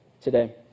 today